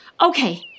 Okay